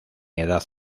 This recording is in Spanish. edad